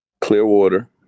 Clearwater